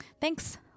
Thanks